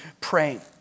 praying